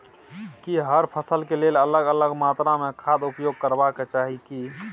की हर फसल के लेल अलग अलग मात्रा मे खाद उपयोग करबाक चाही की?